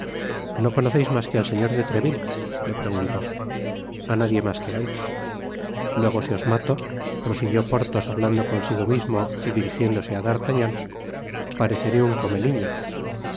no conoceis mas que al señor de treville le preguntó a nadie mas que á él luego si os mato prosiguió athos hablando consigo mismo y dirijiéndose á d'artagnan pareceré un come niños de